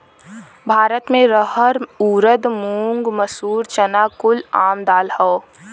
भारत मे रहर ऊरद मूंग मसूरी चना कुल आम दाल हौ